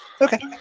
Okay